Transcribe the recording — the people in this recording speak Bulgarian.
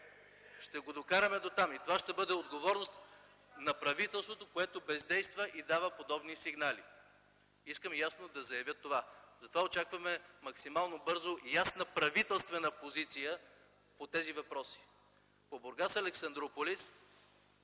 Ще го докараме дотам и това ще бъде отговорност на правителството, което бездейства и дава подобни сигнали. Искам ясно да заявя това. Затова очакваме максимално бързо ясна правителствена позиция по тези въпроси.